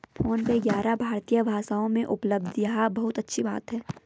phone पे ग्यारह भारतीय भाषाओं में उपलब्ध है यह बहुत अच्छी बात है